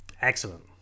Excellent